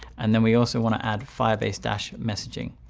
and then we also want to add firebase messaging.